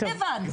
הבנו.